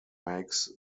makes